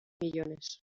millones